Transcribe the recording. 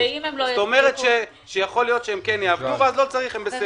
זאת אומרת שיכול להיות שהם יעבדו ואז הם בסדר.